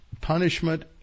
punishment